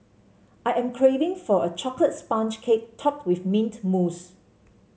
I am craving for a chocolate sponge cake topped with mint mousse